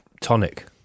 tonic